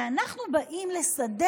ואנחנו באים לסדר